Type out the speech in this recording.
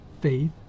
faith